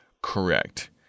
correct